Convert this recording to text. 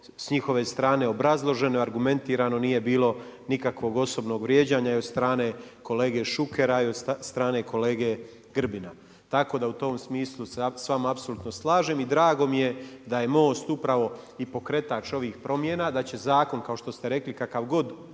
s njihove strane obrazloženo, argumentirano, nije bilo nikakvog osobnog vrijeđanja i od strane kolege Šukera i od strane kolege Grbina. Tako da u tom smislu se s vama apsolutno slažem i drago mi je da je Most upravo i pokretač ovih promjena, da će zakon, kao što ste rekli kakav god